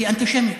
היא אנטישמיות.